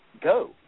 go